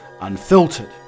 Unfiltered